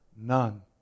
none